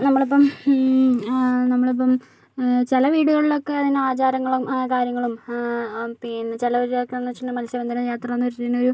നമ്മളിപ്പം നമ്മളിപ്പം ചില വീടുകളിലൊക്കെ അതിന് ആചാരങ്ങളും കാര്യങ്ങളും പിന്നെ ചെലരൊക്കെയെന്ന് വെച്ചിട്ടുണ്ടെങ്കിൽ മത്സ്യബന്ധന യാത്രയെന്ന് വെച്ചിട്ടുണ്ടെങ്കിൽ ഒരു